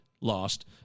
lost